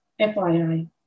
FYI